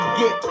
get